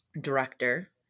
director